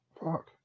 Fuck